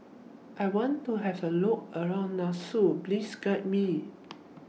I want to has A Look around Nassau Please Guide Me